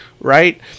right